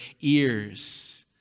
ears